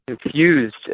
confused